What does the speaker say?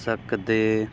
ਸਕਦੇ